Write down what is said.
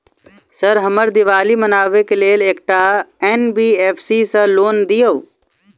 Sir हमरा दिवाली मनावे लेल एकटा एन.बी.एफ.सी सऽ लोन दिअउ?